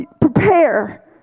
prepare